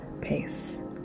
pace